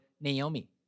Naomi